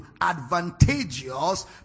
advantageous